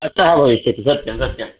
अतः भविष्यति सत्यं सत्यं